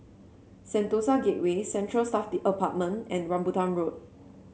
Sentosa Gateway Central Staff Apartment and Rambutan Road